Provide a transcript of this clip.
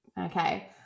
Okay